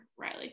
Riley